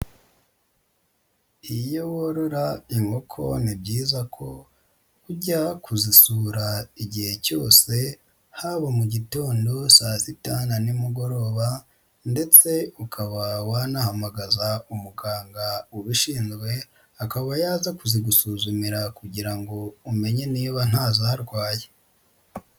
Iyo worora inkoko ni byiza ko ujya kuzisura igihe cyose, haba mugitondo, saa sita na nimugoroba, ndetse ukaba wanahamagaza umuganga ubishinzwe akaba yaza kuzigusuzumira kugira ngo umenye niba ntazarwaye.